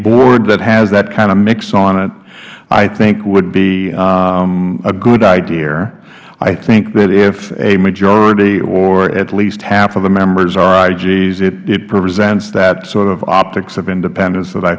board that has that kind of mix on it i think would be a good idea i think that if a majority or at least half of the members are igs it presents that sort of optics of independence that i